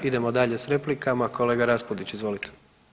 Idemo dalje s replikama, kolega RAspudić izvolite.